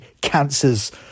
cancers